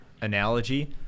analogy